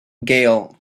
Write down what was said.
gael